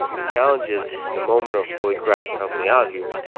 the challenge is the moment of, holy crap! help me out here,